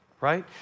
right